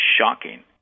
shocking